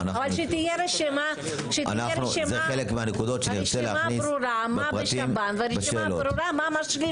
שתהיה רשימה, רשימה ברורה מה בשב"ן ומה משלים.